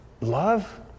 Love